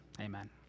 Amen